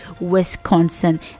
wisconsin